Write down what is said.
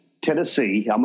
Tennessee